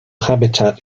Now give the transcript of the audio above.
habitat